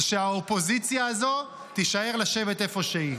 זה שהאופוזיציה הזו תישאר לשבת איפה שהיא.